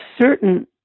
certain